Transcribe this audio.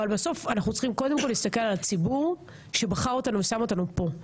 אבל בסוף אנחנו צריכים קודם כל להסתכל על הציבור שבחר בנו ושם אותנו פה.